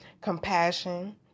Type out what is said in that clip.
Compassion